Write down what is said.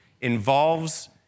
involves